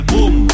Boom